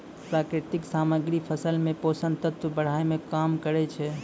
प्राकृतिक सामग्री फसल मे पोषक तत्व बढ़ाय में काम करै छै